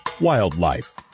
Wildlife